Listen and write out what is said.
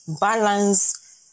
balance